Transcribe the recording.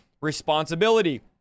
responsibility